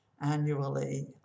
annually